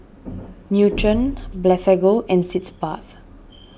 Nutren Blephagel and Sitz Bath